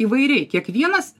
įvairiai kiekvienas